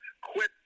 quit